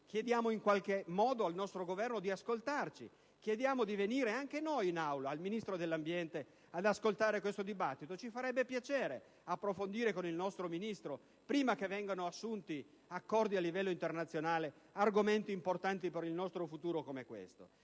Chiediamo in qualche modo al nostro Governo di ascoltarci; chiediamo anche noi al Ministro dell'ambiente di venire in Aula ad ascoltare questo dibattito. Ci farebbe piacere approfondire con il nostro Ministro, prima che vengano assunti accordi a livello internazionale, argomenti importanti per il nostro futuro, come questo.